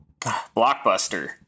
Blockbuster